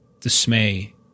Dismay